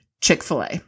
Chick-fil-A